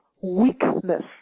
weakness